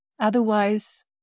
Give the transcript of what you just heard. Otherwise